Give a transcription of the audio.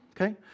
okay